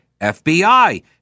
FBI